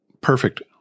perfect